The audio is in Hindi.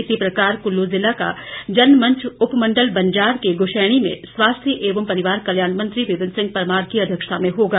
इसी प्रकार कुल्लू जिला का जनमंच उपमण्डल बंजार के गुशैणी में स्वास्थ्य एवं परिवार कल्याण मंत्री विपिन सिंह परमार की अध्यक्षता में होगा